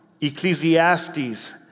Ecclesiastes